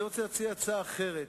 אני רוצה להציע הצעה אחרת.